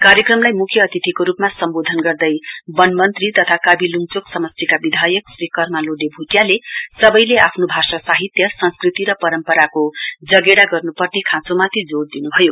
कार्यक्रमलाई मुख्य अतिथिको रुपमा सम्बोधन गर्दै वन मन्त्री तथा कावी लुङचुक समस्टिका विधायक श्री कर्मा लोडे भुटियाले सबैले आफ्नो भाषा साहित्य संस्कृति र परम्पराको जगेडा गर्नुपर्ने खाँचोमाथि जोड़ दिनुभयो